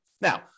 Now